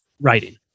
writing